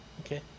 Okay